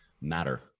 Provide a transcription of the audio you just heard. matter